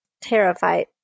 terrified